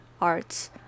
arts